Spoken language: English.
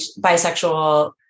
bisexual